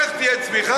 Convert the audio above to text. איך תהיה צמיחה?